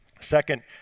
Second